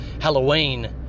Halloween